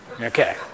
Okay